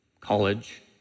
college